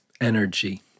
energy